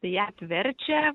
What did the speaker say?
tai ją apverčia